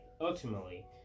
ultimately